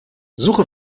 suche